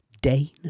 Dane